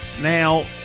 Now